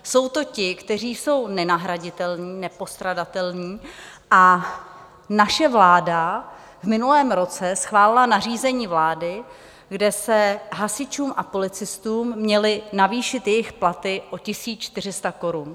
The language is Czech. Jsou to ti, kteří jsou nenahraditelní, nepostradatelní a naše vláda v minulém roce schválila nařízení vlády, kde se hasičům a policistům měly navýšit jejich platy o 1 400 korun.